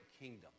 kingdom